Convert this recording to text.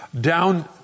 down